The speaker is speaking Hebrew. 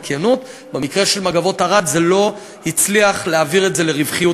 בכנות: במקרה של "מגבות ערד" זה לא הצליח להעביר לרווחיות,